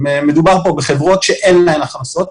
מדובר כאן בחברות שאין להן הכנסות,